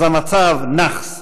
אז המצב נאחס.